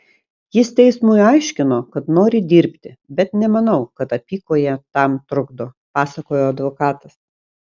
jis teismui aiškino kad nori dirbti bet nemanau kad apykojė tam trukdo pasakojo advokatas